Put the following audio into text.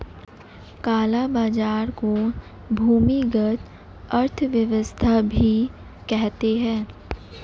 काला बाजार को भूमिगत अर्थव्यवस्था भी कहते हैं